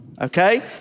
okay